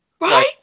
right